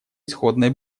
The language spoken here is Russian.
исходной